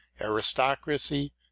aristocracy